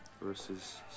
versus